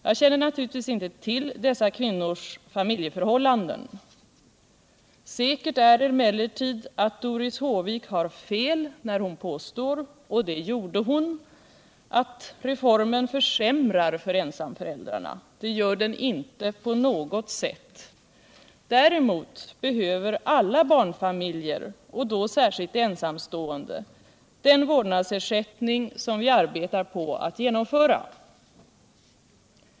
Jag känner naturligtvis inte till dessa kvinnors familjeförhållanden. Säkert är emellertid att Doris Håvik har tel när hon påstår — och det glorde hon — att reformen försämrar för ensamföräldrarna. Det gör den inte på något sätt. Däremot behöver alla barnfamiljer, och då särskilt ensamstående, den vårdnadsersättning som vi arbetar på att genomföra.